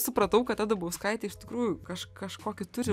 supratau kad ta dubauskaitė iš tikrųjų kaž kažkokį turi